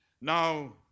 Now